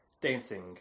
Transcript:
Dancing